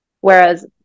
Whereas